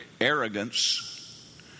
arrogance